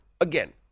again